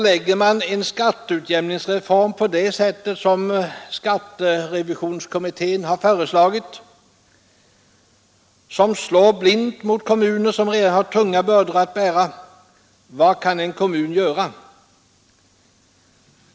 Lägger man en skatteutjämningsreform på det sätt som skatterevisionskommittén har föreslagit, som slår blint mot kommuner som redan har tunga bördor att bära, vad kan en kommun göra?